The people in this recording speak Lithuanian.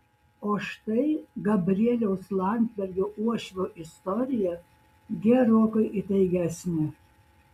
o štai gabrieliaus landsbergio uošvio istorija gerokai įtaigesnė